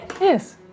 Yes